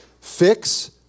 Fix